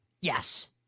Yes